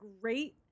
great